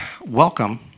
welcome